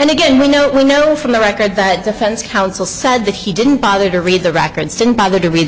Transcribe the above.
and again we know we know from the record that defense counsel said that he didn't bother to read the records didn't bother to read the